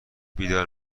بیدار